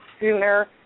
sooner